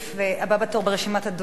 הבא בתור ברשימת הדוברים,